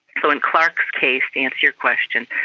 so in clark's case, to answer your question,